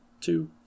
two